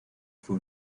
fue